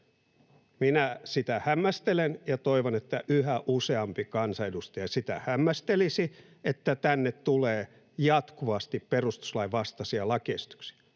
Minä sitä hämmästelen ja toivon, että yhä useampi kansanedustaja hämmästelisi sitä, että tänne tulee jatkuvasti perustuslain vastaisia lakiesityksiä